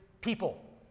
people